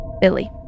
Billy